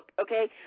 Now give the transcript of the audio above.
Okay